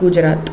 Gujarat